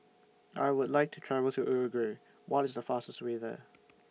I Would like to travel to Uruguay What IS The fastest Way There